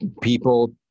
people